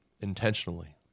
intentionally